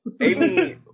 Amy